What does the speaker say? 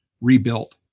rebuilt